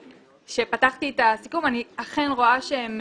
פתחתי את הסיכום ואכן אני רואה שהם